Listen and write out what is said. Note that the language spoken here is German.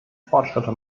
fortschritte